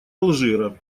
алжира